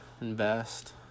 invest